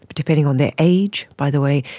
but depending on their age. by the way,